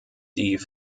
die